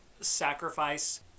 sacrifice